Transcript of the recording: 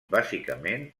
bàsicament